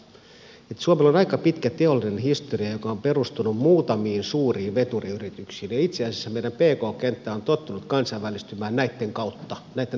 suomella on aika pitkä teollinen historia joka on perustunut muutamiin suuriin veturiyrityksiin ja itse asiassa meidän pk kenttä on tottunut kansainvälistymään näitten kautta näitten alihankkijaverkostojen kautta